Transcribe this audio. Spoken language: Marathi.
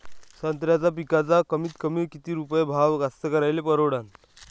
संत्र्याचा पिकाचा कमीतकमी किती रुपये भाव कास्तकाराइले परवडन?